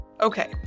okay